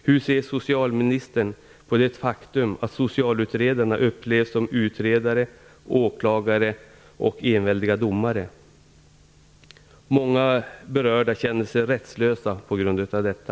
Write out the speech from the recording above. Hur ser socialministern på det faktum att socialutredarna upplevs som utredare, åklagare och enväldiga domare? Många berörda känner sig rättslösa på grund av detta.